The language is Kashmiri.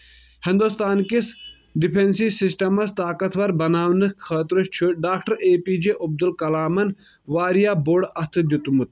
ہِنٛدوستان کِس ڈِفیٚنسی سِسٹَمِس طاقت ور بَناونہٕ خٲطرٕ چھُ ڈاکٹر اے پی جے عبد الکلامن واریاہ بوٚڑ اَتھٕ دیُتمُت